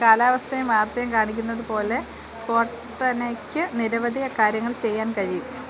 കാലാവസ്ഥയും വാർത്തയും കാണിക്കുന്നത് പോലെ കോർട്ടനയ്ക്ക് നിരവധി കാര്യങ്ങൾ ചെയ്യാൻ കഴിയും